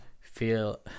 feel